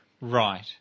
Right